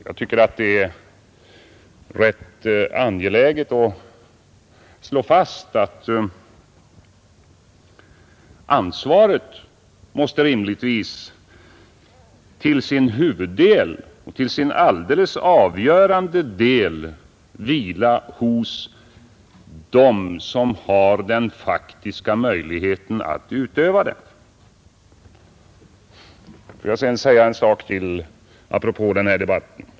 Jag tycker att det är rätt angeläget att Saämheten slå fast att ansvaret rimligtvis till sin alldeles avgörande del måste vila hos dem som har den faktiska möjligheten att utöva inflytande. Får jag säga en sak till apropå den här debatten!